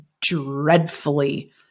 dreadfully